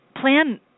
plan